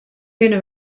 binne